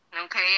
Okay